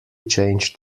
changed